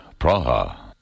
Praha